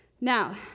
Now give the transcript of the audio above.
Now